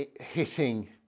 hitting